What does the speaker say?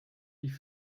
die